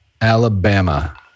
Alabama